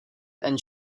and